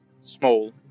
small